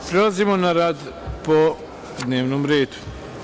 Prelazimo na rad po dnevnom redu.